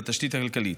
בתשתית הכלכלית.